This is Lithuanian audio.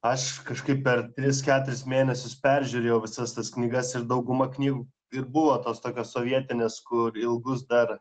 aš kažkaip per tris keturis mėnesius peržiūrėjau visas tas knygas ir dauguma knygų ir buvo tos tokios sovietinės kur ilgus dar